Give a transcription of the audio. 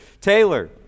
taylor